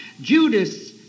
Judas